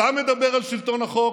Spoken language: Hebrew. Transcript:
אתה מדבר על שלטון החוק?